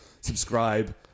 subscribe